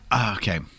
Okay